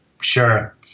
Sure